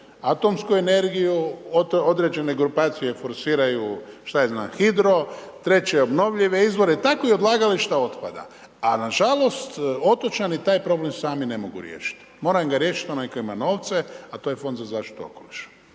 atomsku energiju, određene grupacije forsiraju hidro, treće obnovljive izvore, tako i odlagališta otpada. A nažalost otočani taj problem sami ne mogu riješit, mora im ga riješit onaj koji ima novce, a to je fond za zaštitu okoliša.